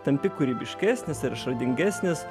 tampi kūrybiškesnis ir išradingesnis